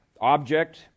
object